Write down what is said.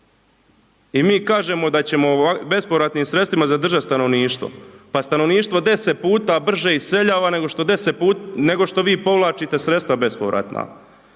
I mi kažemo da ćemo bespovratnim sredstvima zadržati stanovništvo. Pa stanovništvo 10 puta brže iseljava nego što vi povlačite sredstva bespovratna.